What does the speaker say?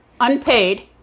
unpaid